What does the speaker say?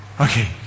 Okay